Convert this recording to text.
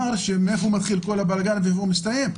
מאיפה מתחיל כל הבלגן ואיפה הוא מסתיים?